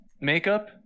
makeup